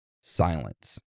silence